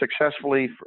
successfully